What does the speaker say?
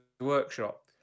workshop